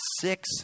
six